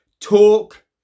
talk